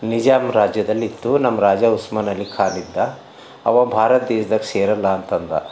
ನಿಜಾಮ್ ರಾಜ್ಯದಲ್ಲಿತ್ತು ನಮ್ಮ ರಾಜ ಉಸ್ಮಾನ್ ಅಲಿ ಖಾನ್ ಇದ್ದ ಅವ ಭಾರತ ದೇಶ್ದಾಗ ಸೇರಲ್ಲಾ ಅಂತಂದ